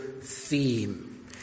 theme